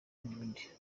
n’ibindi